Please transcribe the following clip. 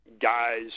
guys